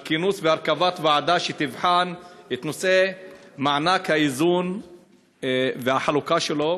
על כינוס והרכבת ועדה שתבחן את נושא מענק האיזון והחלוקה שלו.